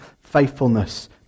faithfulness